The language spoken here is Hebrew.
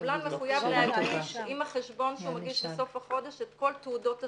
הקבלן מחויב להגיש עם החשבון שהוא מגיש בסוף החודש את כל תעודות השקילה.